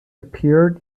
appeared